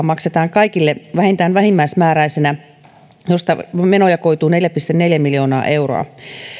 maksetaan kaikille vähintään vähimmäismääräisenä mistä menoja koituu neljä pilkku neljä miljoonaa euroa